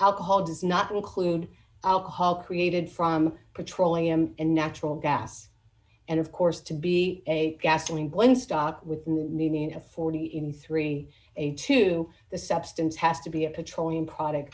alcohol does not include alcohol created from petroleum and natural gas and of course to be a gasoline one stop with nina forty three dollars a two the substance has to be a petroleum product